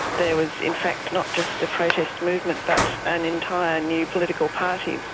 there was in fact not just a protest movement but an entire new political party,